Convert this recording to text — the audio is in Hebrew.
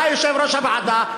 עלה יושב-ראש הוועדה,